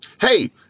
Hey